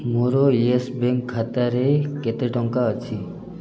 ମୋର Yes Bank ଖାତାରେ କେତେ ଟଙ୍କା ଅଛି